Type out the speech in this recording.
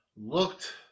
looked